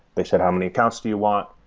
they said, how many accounts to you want?